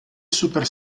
super